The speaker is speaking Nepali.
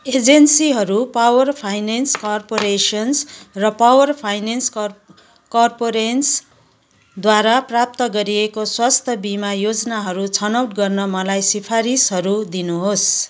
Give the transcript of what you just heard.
एजेन्सीहरू पावर फाइनेन्स कर्पोरेसन र पावर फाइनेन्स कर्प कर्पोरेन्सद्वारा प्राप्त गरिएको स्वास्थ्य बिमा योजनाहरू छनौट गर्न मलाई सिफारिसहरू दिनुहोस्